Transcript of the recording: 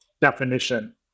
definition